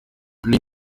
play